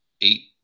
eight